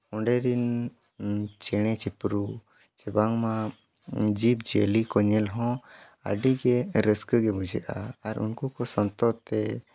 ᱚᱸᱰᱮ ᱨᱮᱱ ᱪᱮᱬᱮᱼᱪᱤᱨᱩᱫ ᱥᱮ ᱵᱟᱝᱢᱟ ᱡᱤᱵᱽᱼᱡᱤᱭᱟᱹᱞᱤ ᱠᱚ ᱧᱮᱞ ᱦᱚᱸ ᱟᱹᱰᱤ ᱜᱮ ᱨᱟᱹᱥᱠᱟᱹ ᱜᱮ ᱵᱩᱡᱷᱟᱹᱜᱼᱟ ᱟᱨ ᱩᱱᱠᱩ ᱠᱚ ᱥᱚᱱᱛᱚᱨ ᱛᱮ